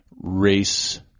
race